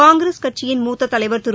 காங்கிரஸ் கட்சியின் மூத்த தலைவர் திரு